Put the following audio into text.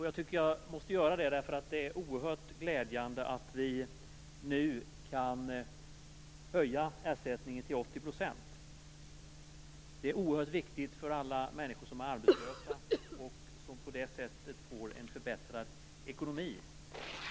Jag tycker att jag måste göra detta därför att det är oerhört glädjande att vi nu kan höja ersättningen till 80 %. Det är oerhört viktigt för arbetslösa, som på det sättet får en förbättrad ekonomi.